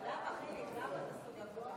עד כמה שזה עצוב לכולכם,